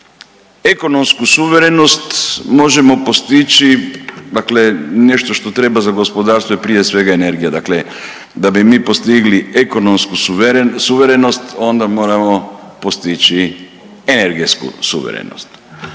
ekonomsku suverenost možemo postići, dakle nešto što treba za gospodarstvo je prije svega energija. Dakle, da bi mi postigli ekonomsku suverenost onda moramo postići energetsku suverenost.